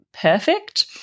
Perfect